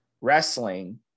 wrestling